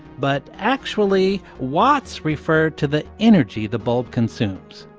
but actually, watts refer to the energy the bulb consumes.